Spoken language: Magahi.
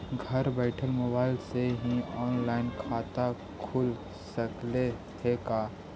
घर बैठल मोबाईल से ही औनलाइन खाता खुल सकले हे का?